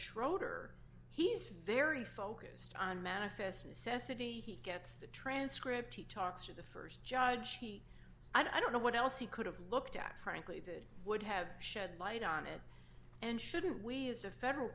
schroeder he's very focused on manifest mississippi he gets a transcript he talks of the st judge i don't know what else he could have looked at frankly that would have shed light on it and shouldn't we as a federal